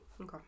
Okay